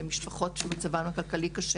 למשפחות שמצבן הכלכלי קשה